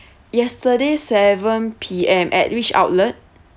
yesterday seven P_M at which outlet